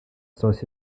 solche